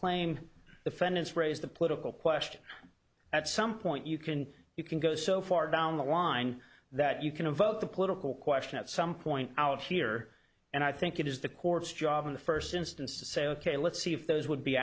claimed the fence raised the political question at some point you can you can go so far down the line that you can vote the political question at some point out here and i think it is the court's job in the first instance to say ok let's see if those would be